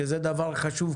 שזה דבר חשוב,